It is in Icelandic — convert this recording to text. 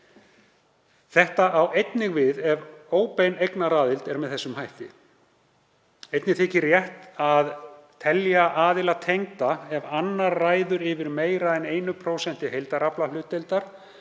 Þetta á einnig við ef óbein eignaraðild er með þessum hætti. Einnig þykir rétt að telja aðila tengda ef annar ræður yfir meira en 1% heildaraflahlutdeildar